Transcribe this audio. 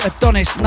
Adonis